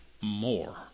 more